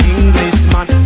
Englishman